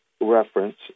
reference